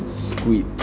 squid